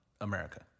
America